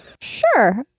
Sure